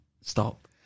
Stop